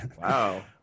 Wow